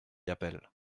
appelle